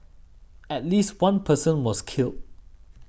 at least one person was killed